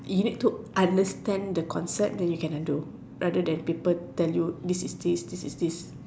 you need to understand the concept then you can handle rather than people tell you this is this this is this